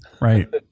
Right